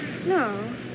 No